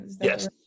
Yes